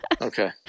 Okay